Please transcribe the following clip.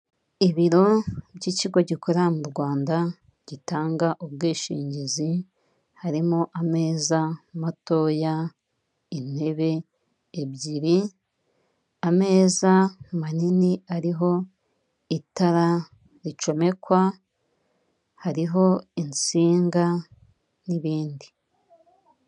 Ibiro by'ikigo gikorera mu Rwanda gitanga ubwishingizi, harimo ameza matoya intebe ebyiri, ameza manini ariho itara ricomekwa, hariho insinga n'ibindi.